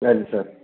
అది సార్